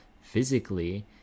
physically